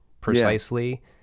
precisely